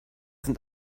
sind